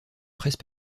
presse